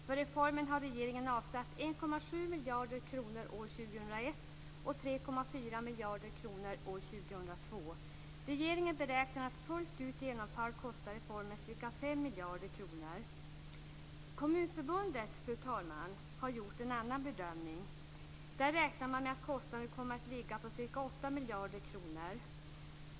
För reformen har regeringen avsatt 1,7 Fru talman! Kommunförbundet har gjort en annan bedömning. Där räknar man med att kostnaden kommer att ligga på ca 8 miljarder kronor.